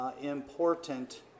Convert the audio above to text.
important